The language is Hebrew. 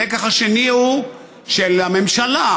הלקח השני הוא של הממשלה,